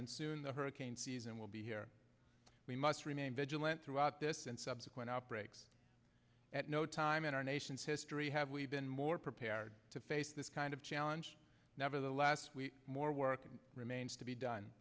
soon the hurricane season will be here we must remain vigilant throughout this and subsequent outbreaks at no time in our nation's history have we been more prepared to face this kind of challenge nevertheless we more work remains to be done